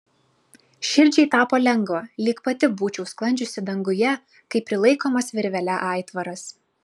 širdžiai tapo lengva lyg pati būčiau sklandžiusi danguje kaip prilaikomas virvele aitvaras